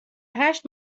هشت